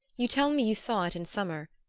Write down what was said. you tell me you saw it in summer,